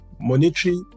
monetary